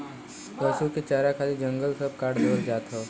पसु के चारा खातिर जंगल सब काट देवल जात हौ